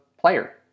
player